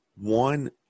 One